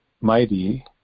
mighty